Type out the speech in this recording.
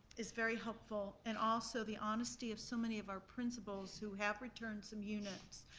is very helpful. and also, the honesty of so many of our principals, who have returned some units.